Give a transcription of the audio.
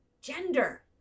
gender